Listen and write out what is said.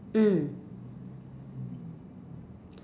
mm